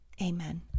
Amen